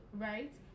right